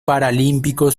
paralímpico